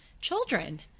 children